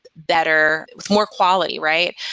better, with more quality, right?